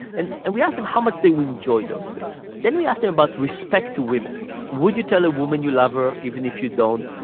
and and we asked them how much they would enjoy those things. and then we asked them about respect to women would you tell a woman you love her even if you don't,